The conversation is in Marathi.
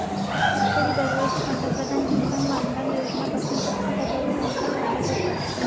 शेतकरी दरवर्षी पंतप्रधान किसन मानधन योजना पासून छत्तीस हजार रुपयांचा फायदा घेतात